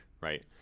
right